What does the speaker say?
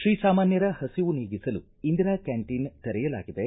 ಶ್ರೀಸಾಮಾನ್ಯರ ಹಸಿವು ನೀಗಿಸಲು ಇಂದಿರಾ ಕ್ಯಾಂಟೀನ್ ತೆರೆಯಲಾಗಿದೆ